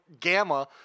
Gamma